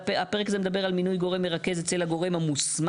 הפרק הזה מדבר על מינוי גורם מרכז אצל הגורם המוסמך,